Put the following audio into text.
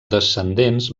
descendents